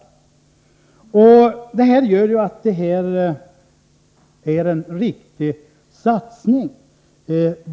Detta innebär att det måste vara en riktig satsning.